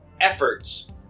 efforts